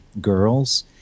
girls